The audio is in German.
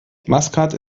maskat